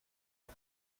las